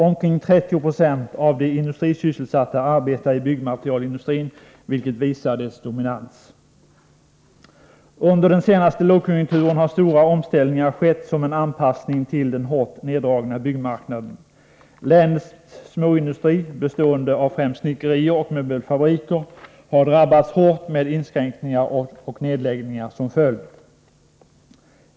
Omkring 30 96 av de industrisysselsatta arbetar i byggmaterielindustrin, vilket visar dess dominans. Under den senaste lågkonjunkturen har stora omställningar skett som en anpassning till den hårt neddragna byggmarknaden. Länets småindustri, bestående av främst snickerier och möbelfabriker, har drabbats hårt, med inskränkningar och nedläggningar som följd.